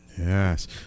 Yes